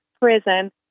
prison